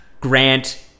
Grant